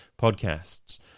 podcasts